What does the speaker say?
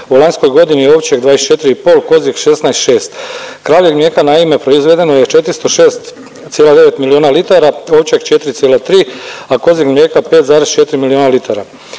u lanjskoj godini ovčjeg 24,5, kozjeg 16,6. Kravljeg mlijeka naime je proizvedeno je 406,9 miliona litara, ovčjeg 4,3, a kozjeg mlijeka 5,4 miliona litara.